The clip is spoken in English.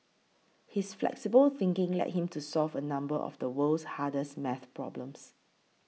his flexible thinking led him to solve a number of the world's hardest math problems